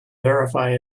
verify